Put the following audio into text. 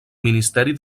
ministeri